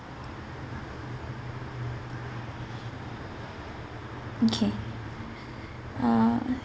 okay uh